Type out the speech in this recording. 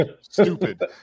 stupid